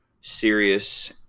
serious